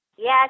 Yes